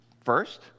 first